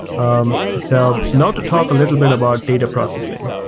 um so now, to talk a little bit about data processing.